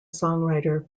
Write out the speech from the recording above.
songwriter